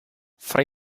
fra